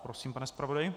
Prosím, pane zpravodaji.